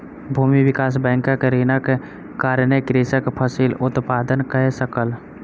भूमि विकास बैंकक ऋणक कारणेँ कृषक फसिल उत्पादन कय सकल